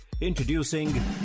Introducing